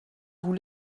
vous